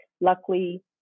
luckily